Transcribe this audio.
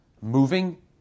Moving